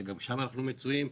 שגם שם אנחנו נמצאים.